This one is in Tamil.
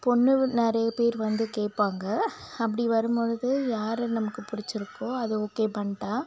பொண்ணு நிறைய பேர் வந்து கேட்பாங்க அப்படி வரும்போது யாரை நமக்கு பிடிச்சிருக்கோ அதை ஓகே பண்ணிவிட்டா